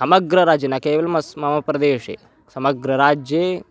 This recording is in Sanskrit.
समग्रराज्ये न केवलम् अस् मम प्रदेशे समग्रराज्ये